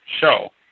show